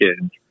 kids